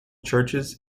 churches